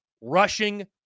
rushing